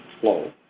flow